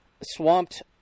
swamped